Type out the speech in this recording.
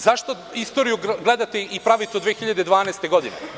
Zašto istoriju gledate i pravite od 2012. godine?